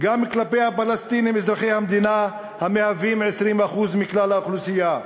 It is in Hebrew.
גם כלפי הפלסטינים אזרחי המדינה המהווים 20% מכלל האוכלוסייה.